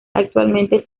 actualmente